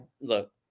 look